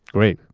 great.